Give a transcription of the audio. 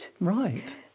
Right